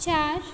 चार